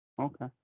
Okay